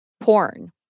porn